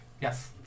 Yes